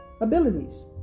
abilities